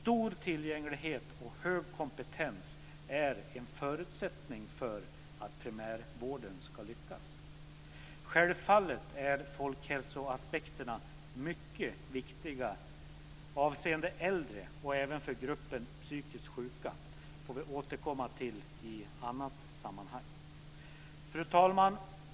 Bra tillgänglighet och hög kompetens är en förutsättning för att primärvården ska lyckas. Självfallet är folkhälsoaspekterna mycket viktiga avseende äldre och även för gruppen psykiskt sjuka. Det får vi återkomma till i annat sammanhang. Fru talman!